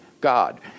God